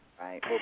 Right